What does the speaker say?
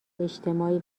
اجتماعی